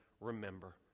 remember